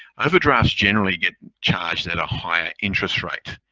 overdrafts generally get charged at a higher interest rate.